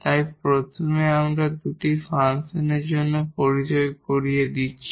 তাই প্রথমে আমরা দুটি ফাংশনের জন্য পরিচয় করিয়ে দিচ্ছি